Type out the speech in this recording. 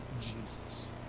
Jesus